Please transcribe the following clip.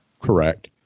Correct